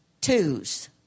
twos